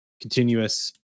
continuous